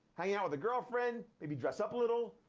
hang out with a girlfriend, maybe dress up a little,